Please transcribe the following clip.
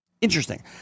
Interesting